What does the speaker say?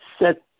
set